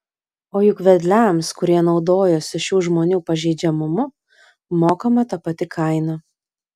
o juk vedliams kurie naudojosi šių žmonių pažeidžiamumu mokama ta pati kaina